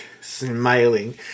smiling